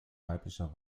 weiblicher